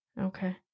Okay